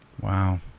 Wow